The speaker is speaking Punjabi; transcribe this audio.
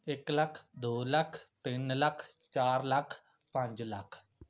ਇਕ ਲੱਖ ਦੋ ਲੱਖ ਤਿੰਨ ਲੱਖ ਚਾਰ ਲੱਖ ਪੰਜ ਲੱਖ